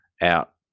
out